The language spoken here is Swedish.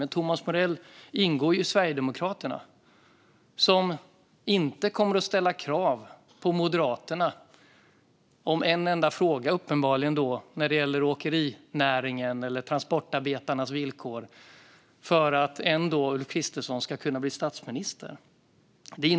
Men Thomas Morell ingår i Sverigedemokraterna, som inte kommer att ställa krav på Moderaterna om en enda fråga när det gäller åkerinäringen eller transportarbetarnas villkor för att Ulf Kristersson en dag ska bli statsminister.